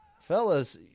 Fellas